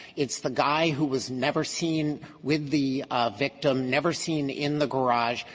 it's the guy who was never seen with the victim, never seen in the garage.